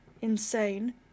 Insane